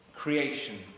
creation